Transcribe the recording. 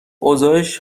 اوضاش